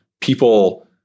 people